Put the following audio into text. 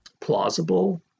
plausible